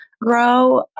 grow